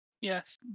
Yes